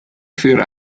für